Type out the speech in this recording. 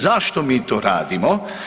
Zašto mi to radimo?